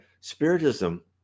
spiritism